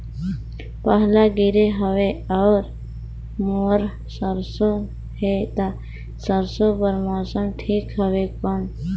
पाला गिरे हवय अउर मोर सरसो हे ता सरसो बार मौसम ठीक हवे कौन?